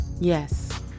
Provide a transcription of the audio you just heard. Yes